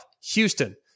Houston